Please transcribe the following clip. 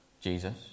Jesus